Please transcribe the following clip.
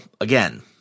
again